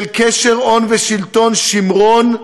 של קשר הון ושלטון שמרון,